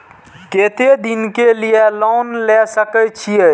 केते दिन के लिए लोन ले सके छिए?